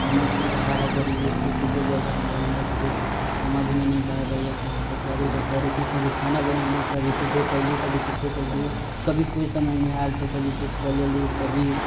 समझ से बाहर है गरीबी स्थिति के जगह जे हमरा सबके समझ मे नहि अबैया की हमसब करू तऽ करू की कभी खाना बनेली कभी किछो कैली कभी किछो कैली कभी कोइ समय मे आयल तऽ कभी कुछ कऽ लेली कभी